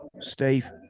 steve